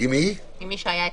מי שהיה אתמול,